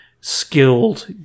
skilled